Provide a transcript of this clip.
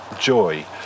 joy